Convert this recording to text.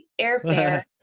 airfare